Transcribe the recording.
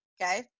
okay